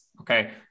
Okay